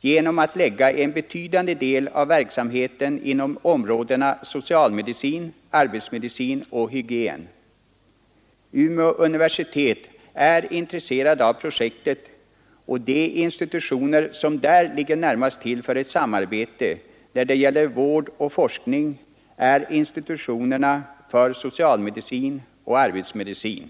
genom att lägga en betydande del av verksamheten inom områdena socialmedicin, arbetsmedicin och hygien. Umeå universitet är intresserat av projektet, och de institutioner som där ligger närmast till för ett samarbete när det gäller vård och forskning är institutionerna för socialmedicin och arbetsmedicin.